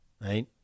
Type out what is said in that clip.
Right